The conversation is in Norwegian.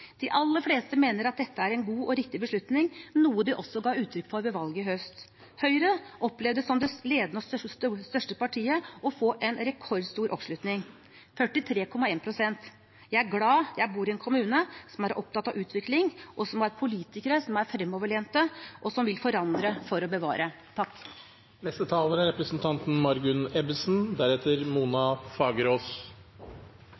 De aller fleste mener at dette er en god og riktig beslutning, noe de også ga uttrykk for ved valget i høst. Høyre opplevde, som det ledende og største partiet, å få rekordstor oppslutning, 43,1 pst. Jeg er glad jeg bor i en kommune som er opptatt av utvikling, som har politikere som er fremoverlente, og som vil forandre for å bevare.